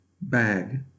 bag